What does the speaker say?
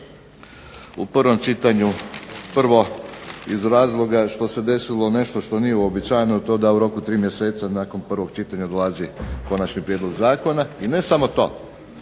u prvom čitanju. Prvo iz razloga što se desilo nešto što nije uobičajeno, a to je da u roku 3 mjeseca nakon prvog čitanja dolazi konačni prijedlog zakona. I ne samo to,